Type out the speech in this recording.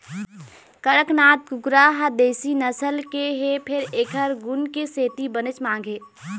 कड़कनाथ कुकरा ह देशी नसल के हे फेर एखर गुन के सेती बनेच मांग हे